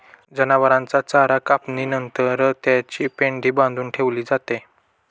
जनावरांचा चारा कापणी नंतर त्याची पेंढी बांधून ठेवली जाते